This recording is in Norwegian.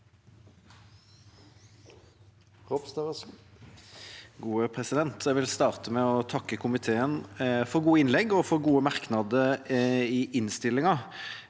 Jeg vil starte med å takke komiteen for gode innlegg og for gode merknader i innstillinga.